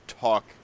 talk